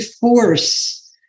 force